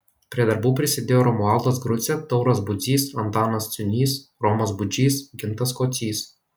prie darbų prisidėjo romualdas grucė tauras budzys antanas ciūnys romas budžys gintas kocys